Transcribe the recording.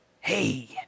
Hey